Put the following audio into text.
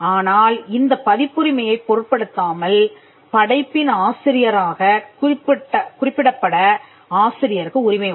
ஆனால் இந்த பதிப்புரிமையைப் பொருட்படுத்தாமல் படைப்பின் ஆசிரியராகக் குறிப்பிடப்பட ஆசிரியருக்கு உரிமை உண்டு